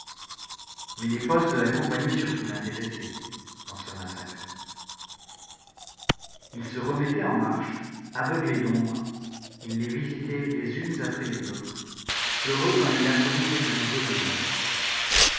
mais les fosses de la compagnie surtout l'intéressaient dans ce massacre il se remettait en marche aveuglé d'ombre il les visitait les unes après les autres heureux quand il apprenait quelque nouveau dommage